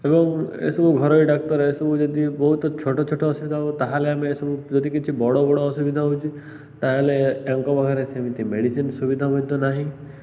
ଏବଂ ଏସବୁ ଘରୋଇ ଡାକ୍ତର ଏସବୁ ଯଦି ବହୁତ ଛୋଟ ଛୋଟ ଅସୁବିଧା ହବ ତା'ହେଲେ ଆମେ ଏସବୁ ଯଦି କିଛି ବଡ଼ ବଡ଼ ଅସୁବିଧା ହେଉଛି ତା'ହେଲେ ତାଙ୍କ ପାଖରେ ସେମିତି ମେଡ଼ିସିନ୍ ସୁବିଧା ମଧ୍ୟ ନାହିଁ